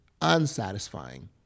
unsatisfying